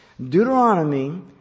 Deuteronomy